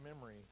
memory